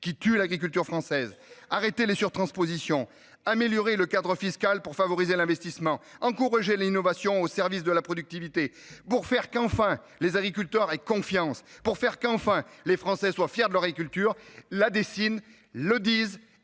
qui tue l'agriculture française. Il s'agit d'arrêter les surtranspositions, d'améliorer le cadre fiscal pour favoriser l'investissement et d'encourager l'innovation au service de la productivité, pour faire qu'enfin les agriculteurs aient confiance et qu'enfin les Français soient fiers de leur agriculture, la dessinent, le disent